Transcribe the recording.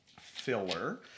filler